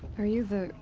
are you the.